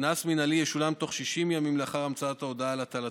קנס מינהלי ישולם בתוך 60 ימים לאחר המצאת ההודעה על הטלתו,